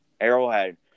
Arrowhead